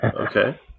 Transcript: Okay